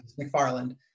McFarland